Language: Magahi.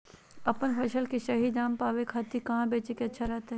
अपन फसल के सही दाम पावे खातिर कहां बेचे पर अच्छा रहतय?